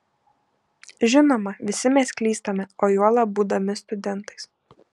žinoma visi mes klystame o juolab būdami studentais